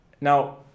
now